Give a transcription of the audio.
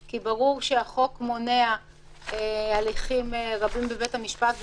כי ברור שהחוק מונע הליכים רבים בבית המשפט,